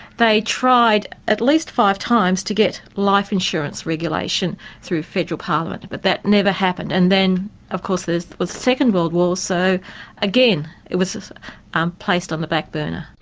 they tried at least five times to get life insurance regulation through federal parliament, but that never happened. and then of course there's the second world war, so again it was placed on the back burner.